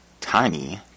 tiny